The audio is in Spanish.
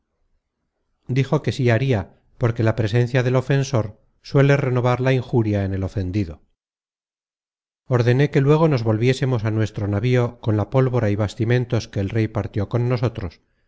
dijo que sí haria porque la presencia del senc content from google book search generated at ofensor suele renovar la injuria en el ofendido ordené que luego nos volviésemos a nuestro navío con la pólvora y bastimentos que el rey partió con nosotros